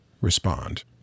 respond